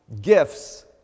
gifts